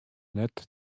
net